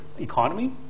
economy